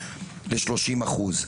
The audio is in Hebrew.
בשלושים אחוז.